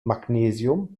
magnesium